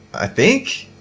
i think,